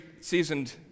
seasoned